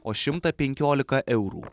o šimtą penkiolika eurų